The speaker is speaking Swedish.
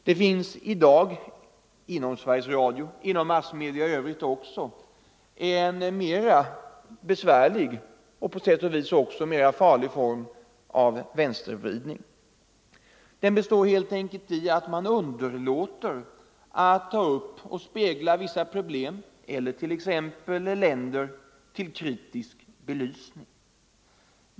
Det finns dessutom i dag inom Sveriges Radio liksom också inom massmedierna i övrigt en mera besvärlig och på sätt och vis farligare form av vänstervridning. Den består helt enkelt i att man underlåter att ta upp vissa problem eller t.ex. länder till kritisk belysning.